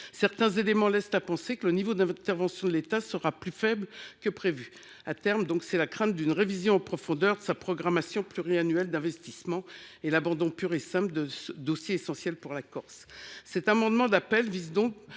Certains éléments laissent penser que le niveau d’intervention de l’État sera plus faible que prévu. À terme, les élus craignent une révision en profondeur de la programmation pluriannuelle d’investissement et l’abandon pur et simple de dossiers essentiels pour la Corse. Cet amendement d’appel vise donc,